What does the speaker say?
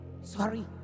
sorry